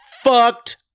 fucked